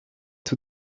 tout